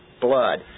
blood